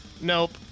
Nope